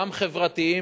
גם חברתיים,